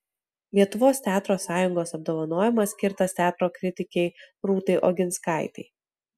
lietuvos teatro sąjungos apdovanojimas skirtas teatro kritikei rūtai oginskaitei